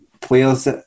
players